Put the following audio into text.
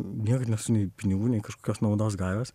niekad nesu nei pinigų nei kažkokios naudos gavęs